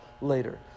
later